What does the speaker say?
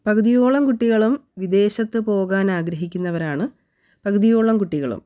പകുതിയോളം കുട്ടികളും വിദേശത്ത് പോകാനാഗ്രഹിക്കുന്നവരാണ് പകുതിയോളം കുട്ടികളും